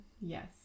yes